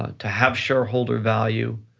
ah to have shareholder value,